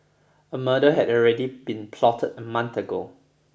a murder had already been plotted a month ago